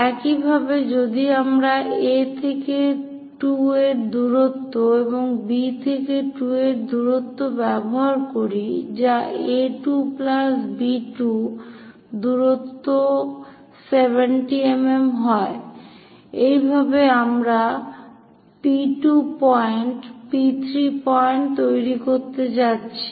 একইভাবে যদি আমরা A থেকে 2 দূরত্ব এবং B থেকে 2 দূরত্ব ব্যবহার করি যা A2 প্লাস B2 দূরত্ব ও 70 mm হয় এই ভাবে আমরা P2 পয়েন্ট P3 পয়েন্ট তৈরি করতে যাচ্ছি